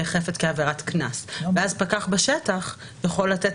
שנאכפת כעבירת קנס ואז פקח בשטח יכול לתת